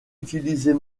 utilisées